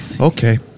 okay